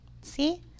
See